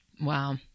Wow